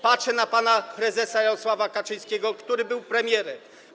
Patrzę na pana prezesa Jarosława Kaczyńskiego, który był premierem.